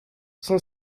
son